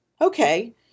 Okay